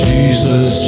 Jesus